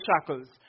shackles